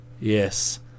Yes